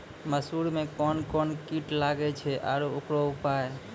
मसूर मे कोन कोन कीट लागेय छैय आरु उकरो उपाय?